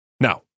Now